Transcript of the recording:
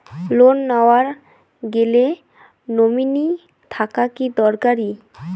Loan নেওয়ার গেলে nominee থাকা কি দরকারী?